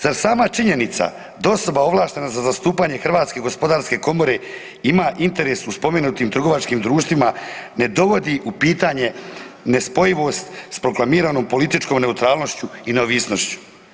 Zar sama činjenica da osoba ovlaštena za zastupanje Hrvatske gospodarske komore ima interes u spomenutim trgovačkim društvima ne dovodi u pitanje nespojivost s proklamiranom političkom neutralnošću i neovisnošću.